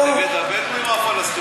לא, נגד הבדואים או הפלסטינים?